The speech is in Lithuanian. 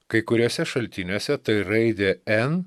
kai kuriuose šaltiniuose tai raidė en